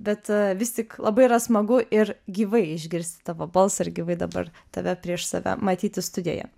bet vis tik labai yra smagu ir gyvai išgirsti tavo balsą ir gyvai dabar tave prieš save matyti studijoje